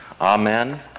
Amen